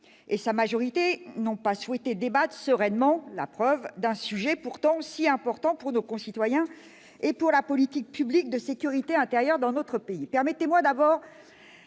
et sa majorité n'ont pas souhaité débattre sereinement- la preuve ! -d'un sujet pourtant si important pour nos concitoyens et pour la politique publique de sécurité intérieure de notre pays.